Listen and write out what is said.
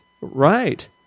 Right